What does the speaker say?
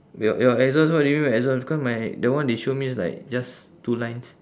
your your exhaust what do you mean by exhaust cause my the one they show me is like just two lines